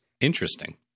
interesting